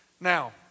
Now